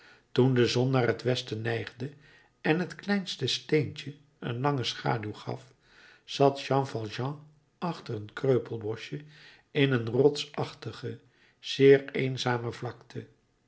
toen de zon naar het westen neigde en het kleinste steentje een lange schaduw gaf zat jean valjean achter een kreupelboschje in een rotsachtige zeer eenzame vlakte